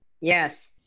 Yes